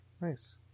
Nice